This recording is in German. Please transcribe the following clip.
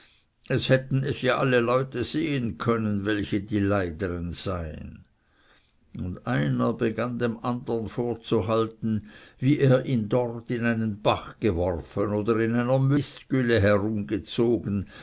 es hätten es ja alle leute sehen können welche die leideren seien und einer begann dem andern vorzuhalten wie er ihn dort in einen bach geworfen oder in einer